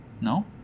No